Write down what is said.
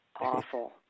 Awful